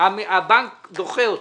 הבנק דוחה אותה.